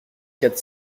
quatre